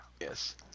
yes